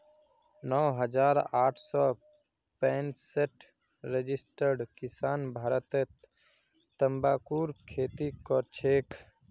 नौ हजार आठ सौ पैंसठ रजिस्टर्ड किसान भारतत तंबाकूर खेती करछेक